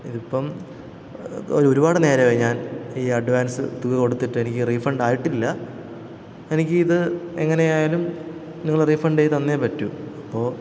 ഇതിപ്പം ഒരുപാട് നേരമായി ഞാൻ ഈ അഡ്വാൻസ് തുക കൊടുത്തിട്ടെനിക്ക് റീഫണ്ടായിട്ടില്ല എനിക്കിത് എങ്ങനെയായാലും നിങ്ങൾ റീഫണ്ട് ചെയ്തു തന്നേ പറ്റു